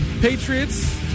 Patriots